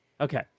Okay